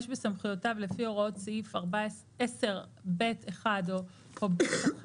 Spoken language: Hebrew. בסמכויותיו לפי הוראות סעיף 10(ב)(1) או (ב1)(1)